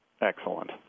Excellent